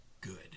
good